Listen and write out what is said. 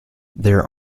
there